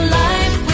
life